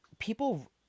people